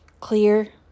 clear